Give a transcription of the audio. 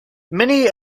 many